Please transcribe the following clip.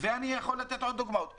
ואני יכול לתת עוד דוגמאות.